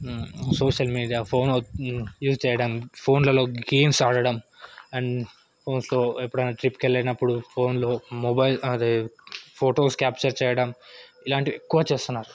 social media phone use చేయడం ఫోన్లలో games ఆడడం అండ్ ఫోన్స్లో ఎప్పుడైనా ట్రిప్కి వెళ్ళినప్పుడు ఫోన్లో మొబైల్ అదే ఫొటోస్ క్యాప్చర్ చేయడం ఇలాంటివి ఎక్కువ చేస్తున్నారు